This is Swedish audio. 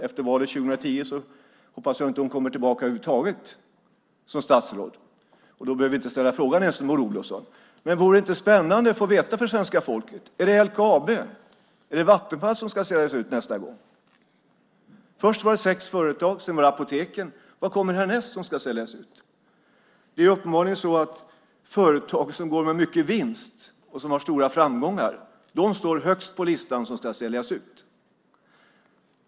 Efter valet 2010 hoppas jag att hon inte kommer tillbaka över huvud taget som statsråd. Då behöver vi inte ställa frågan. Vore det inte spännande för svenska folket att få veta? Är det LKAB eller Vattenfall som ska säljas ut nästa gång? Först var det sex företag, och sedan var det Apoteket. Vad är det som ska säljas ut härnäst? Företag som går med vinst och har stora framgångar står uppenbarligen högst på listan över dem som ska säljas ut.